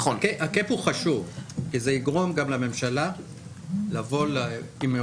ה-קאפ הוא חשוב כי זה יגרום גם לממשלה לבוא - אם הם